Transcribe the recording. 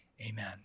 Amen